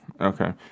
okay